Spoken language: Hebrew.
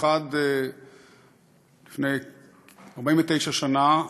האחד לפני 49 שנה,